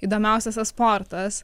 įdomiausiose esportas